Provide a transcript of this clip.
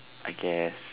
I guess